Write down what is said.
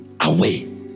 away